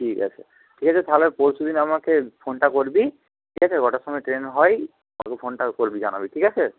ঠিক আছে ঠিক আছে তাহলে পরশু দিন আমাকে ফোনটা করবি ঠিক আছে কটার সময় ট্রেন হয় ফোনটা করবি জানাবি ঠিক আছে